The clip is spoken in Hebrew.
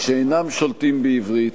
שאינם שולטים בעברית